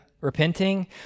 repenting